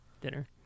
Dinner